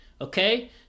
okay